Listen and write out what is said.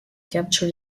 capture